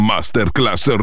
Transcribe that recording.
Masterclass